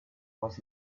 was